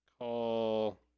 call